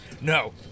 No